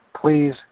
Please